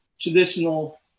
traditional